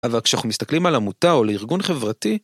אבל כשאנחנו מסתכלים על עמותה או על ארגון חברתי